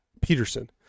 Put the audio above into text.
Peterson